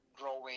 growing